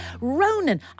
Ronan